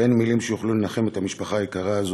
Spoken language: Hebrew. ואין מילים שיוכלו לנחם את המשפחה היקרה הזאת.